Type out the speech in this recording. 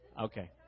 Okay